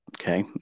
okay